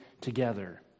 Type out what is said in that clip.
together